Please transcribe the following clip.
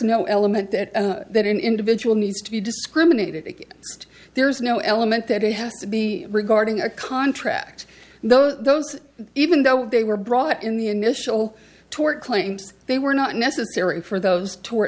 no element that that an individual needs to be discriminated against there is no element that it has to be regarding a contract though those even though they were brought up in the initial tort claims they were not necessary for those to